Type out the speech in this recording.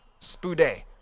spude